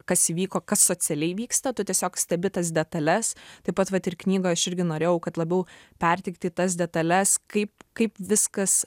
kas įvyko kas socialiai vyksta tu tiesiog stebi tas detales taip pat vat ir knygoj aš irgi norėjau kad labiau perteikti tas detales kaip kaip viskas